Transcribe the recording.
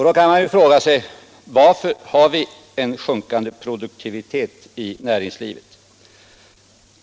Då kan man fråga sig: Varför har vi en sjunkande produktivitet i näringslivet?